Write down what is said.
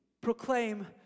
proclaim